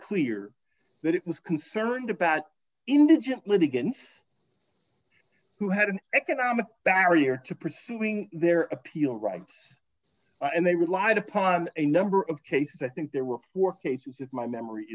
clear that it was concerned about indigent litigants who had an economic barrier to pursuing their appeal rights and they relied upon a number of cases i think there were four cases if my memory